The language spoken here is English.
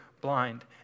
blind